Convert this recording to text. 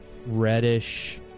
reddish